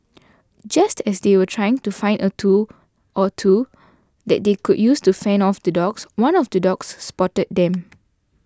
just as they were trying to find a tool or two that they could use to fend off the dogs one of the dogs spotted them